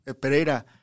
Pereira